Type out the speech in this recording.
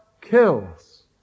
kills